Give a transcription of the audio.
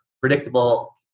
predictable